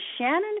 Shannon